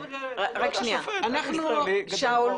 שאול,